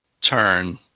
turn